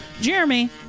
Jeremy